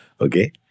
Okay